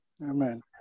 Amen